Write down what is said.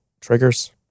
triggers